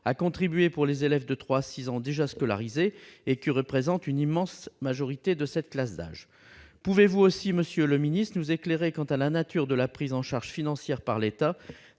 à contribuer pour les élèves de 3 à 6 ans déjà scolarisés, qui représentent l'immense majorité de cette classe d'âge ? Pouvez-vous aussi nous éclairer quant à la nature de la prise en charge financière par l'État